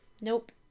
Nope